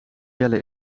jelle